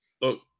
look